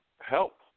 help